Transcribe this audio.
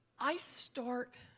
i start